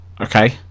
okay